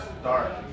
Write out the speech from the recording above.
start